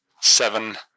seven